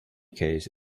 case